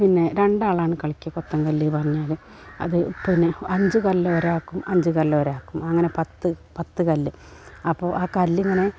പിന്നെ രണ്ടാളാണ് കളിക്കുക കൊത്തങ്കല്ല് പറഞ്ഞാൽ അതു പിന്നെ അഞ്ചു കല്ലൊരാൾക്കും അഞ്ചു കല്ലൊരാൾക്കും അങ്ങനെ പത്തു പത്തു കല്ല് അപ്പോൾ ആ കല്ലിങ്ങനെ